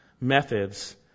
methods